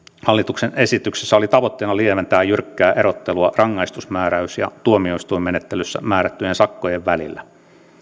hallituksen esityksessä oli tavoitteena lieventää jyrkkää erottelua rangaistusmääräys ja tuomioistuinmenettelyssä määrättyjen sakkojen välillä